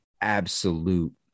absolute